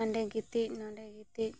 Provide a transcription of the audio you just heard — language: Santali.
ᱚᱸᱰᱮ ᱜᱤᱛᱤᱡ ᱱᱚᱸᱰᱮ ᱜᱤᱛᱤᱡ